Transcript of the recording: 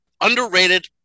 underrated